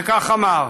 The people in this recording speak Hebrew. וכך אמר: